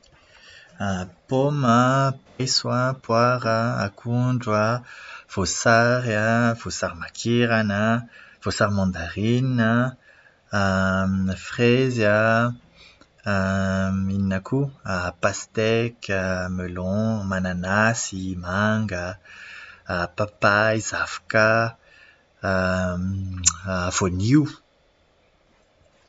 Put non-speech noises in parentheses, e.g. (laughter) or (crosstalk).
Paoma, paiso, poara, akondro, voasary, voasary makirana, voasary mandarinina, (hesitation) frezy, (hesitation) inona koa? Pasteky, melon, mananasy, manga, (hesitation) papay, zavoka, (hesitation) voanio.